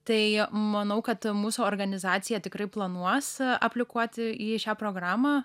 tai manau kad mūsų organizaciją tikrai planuose aplikuoti į šią programą